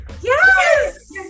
yes